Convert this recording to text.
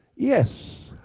yes.